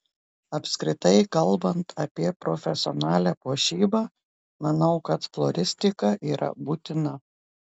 apskritai kalbant apie profesionalią puošybą manau kad floristika yra būtina